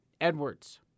Edwards